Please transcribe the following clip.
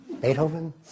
Beethoven